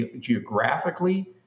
geographically